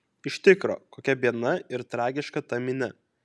iš tikro kokia biedna ir tragiška ta minia